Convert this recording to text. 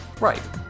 right